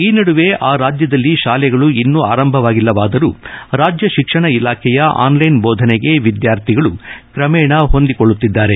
ಈ ನಡುವೆ ಆ ರಾಜ್ಯದಲ್ಲಿ ಶಾಲೆಗಳು ಇನ್ನೊ ಆರಂಭವಾಗಿಲ್ಲವಾದರೂ ರಾಜ್ಯ ಶಿಕ್ಷಣ ಇಲಾಖೆಯ ಆನ್ಲೈನ್ ಬೋಧನೆಗೆ ವಿದ್ಯಾರ್ಥಿಗಳು ಕ್ರಮೇಣ ಹೊಂದಿಕೊಳ್ಳುತ್ತಿದ್ದಾರೆ